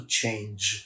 change